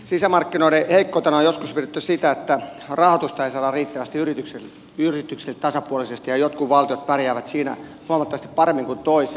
sisämarkkinoiden heikkoutena on joskus pidetty sitä että rahoitusta ei saada riittävästi yrityksille tasapuolisesti ja jotkut valtiot pärjäävät siinä huomattavasti paremmin kuin toiset